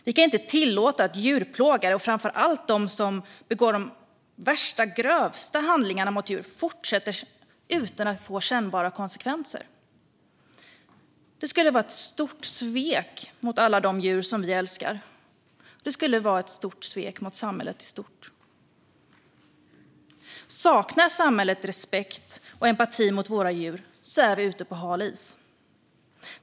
Vi kan inte tillåta att djurplågare, och framför allt de som begår de värsta och grövsta handlingarna mot djur, fortsätter utan att det får kännbara konsekvenser för dem. Det skulle vara ett stort svek mot alla de djur som vi älskar, och det skulle vara ett stort svek mot samhället i stort. Saknar samhället respekt för och empati mot våra djur är vi ute på hal is.